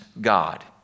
God